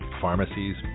pharmacies